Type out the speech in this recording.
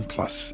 Plus